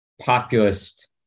populist